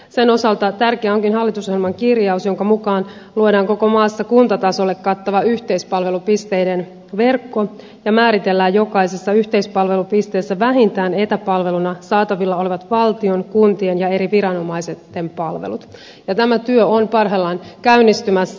sen osalta tärkeä onkin hallitusohjelman kirjaus jonka mukaan luodaan koko maassa kuntatasolle kattava yhteispalvelupisteiden verkko ja määritellään jokaisessa yhteispalvelupisteessä vähintään etäpalveluna saatavilla olevat valtion kuntien ja eri viranomaisten palvelut ja tämä työ on parhaillaan käynnistymässä